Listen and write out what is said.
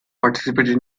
participated